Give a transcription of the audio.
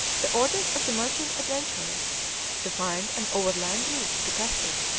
the orders of the merchant adventurers to find an overland route to cathay.